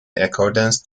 accordance